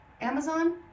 amazon